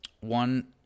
one